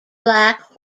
black